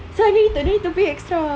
so I don't need I don't need to pay extra